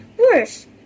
worse